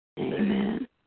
Amen